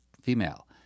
female